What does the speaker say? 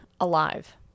alive